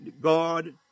God